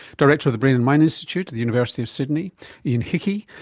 director of the brain and mind institute at the university of sydney ian hickie,